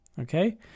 okay